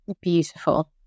Beautiful